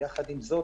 יחד עם זאת,